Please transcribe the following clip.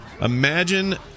imagine